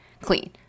clean